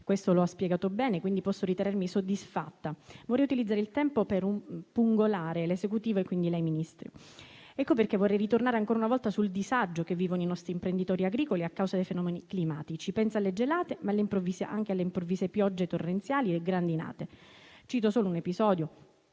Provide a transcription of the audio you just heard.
questo lo ha spiegato bene - quindi, posso ritenermi soddisfatta. Vorrei utilizzare il tempo per pungolare l'Esecutivo, quindi, lei, Ministro. Ecco perché vorrei ritornare ancora una volta sul disagio che vivono i nostri impegni agricoli a causa dei fenomeni climatici. Penso alle gelate, ma anche alle improvvise piogge torrenziali e grandinate. Cito solo un episodio